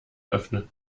öffnen